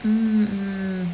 mm mm